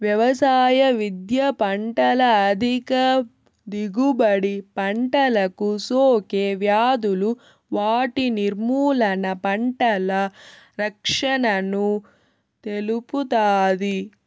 వ్యవసాయ విద్య పంటల అధిక దిగుబడి, పంటలకు సోకే వ్యాధులు వాటి నిర్మూలన, పంటల రక్షణను తెలుపుతాది